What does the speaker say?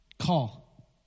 call